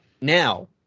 Now